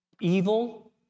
evil